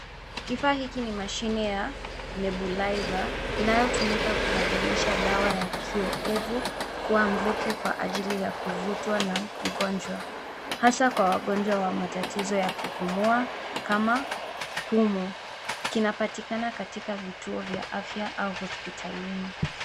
Kifaa hiki ni mashine ya Nebulaiza, inayotumika kubadilisha dawa ya kioevu, kuwa mvuke kwa ajili ya kuvutwa na mgonjwa, hasa kwa wagonjwa wa matatizo ya kupumua kama pumu. Kinapatikana katika vituo vya afya au hospitalini.